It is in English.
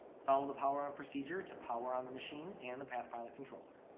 follow the power-on procedure to power on the machine, and the pathpilot controller.